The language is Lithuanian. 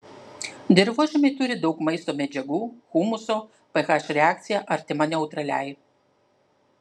dirvožemiai turi daug maisto medžiagų humuso ph reakcija artima neutraliai